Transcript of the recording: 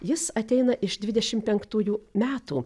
jis ateina iš dvidešim penktųjų metų